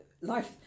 Life